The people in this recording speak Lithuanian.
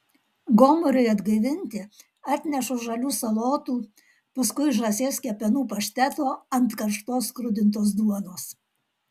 gomuriui atgaivinti atnešu žalių salotų paskui žąsies kepenų pašteto ant karštos skrudintos duonos